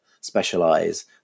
specialize